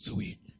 Sweet